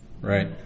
Right